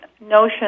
notion